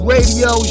Radio